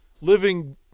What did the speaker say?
living